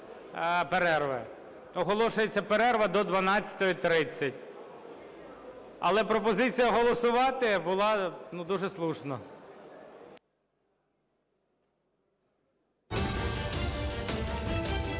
Оголошується перерва до 12:30. Але пропозиція голосувати була дуже слушна. (Після